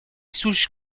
souches